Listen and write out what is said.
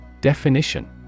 Definition